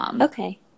Okay